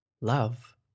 love